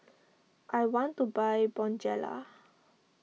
I want to buy Bonjela